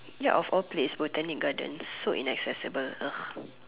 yet of all place Botanic gardens so inaccessible ugh